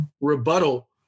rebuttal